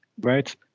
right